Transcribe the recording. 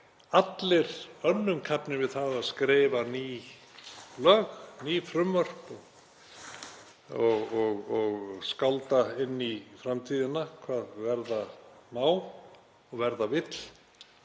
allir önnum kafnir við það að skrifa ný lög, ný frumvörp og skálda inn í framtíðina hvað verða má og verða vill